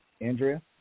Andrea